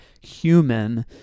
human